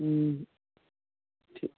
ठीक